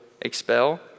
expel